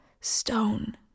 stone